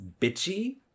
bitchy